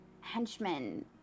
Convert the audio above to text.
henchmen